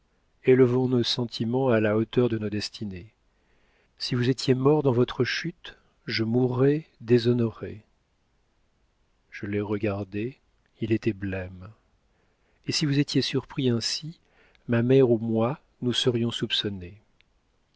élevons nos sentiments à la hauteur de nos destinées si vous étiez mort dans votre chute je mourais déshonorée je l'ai regardé il était blême et si vous étiez surpris ainsi ma mère ou moi nous serions soupçonnées